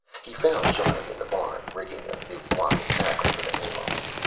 he found johnny in the barn, rigging a new block and tackle for the hayloft.